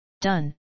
Done